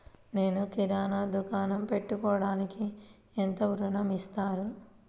నేను కిరాణా దుకాణం పెట్టుకోడానికి ఎంత ఋణం ఇస్తారు?